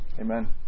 Amen